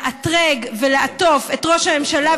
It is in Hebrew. לאתרג ולעטוף את ראש הממשלה,